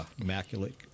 Immaculate